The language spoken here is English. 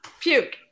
puke